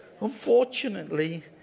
Unfortunately